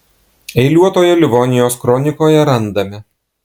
eiliuotojoje livonijos kronikoje randame